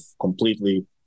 completely